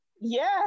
Yes